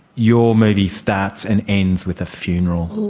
your movie starts and ends with a funeral.